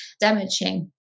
damaging